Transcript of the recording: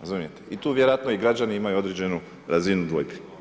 razumijete i tu vjerojatno i građani imaju određenu razinu dvojbi.